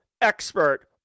expert